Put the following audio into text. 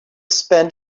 spend